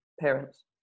parents